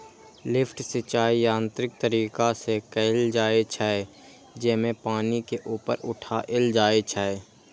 lift सिंचाइ यांत्रिक तरीका से कैल जाइ छै, जेमे पानि के ऊपर उठाएल जाइ छै